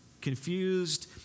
confused